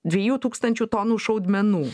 dviejų tūkstančių tonų šaudmenų